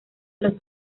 los